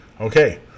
Okay